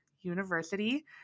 university